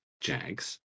Jags